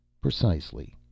Precisely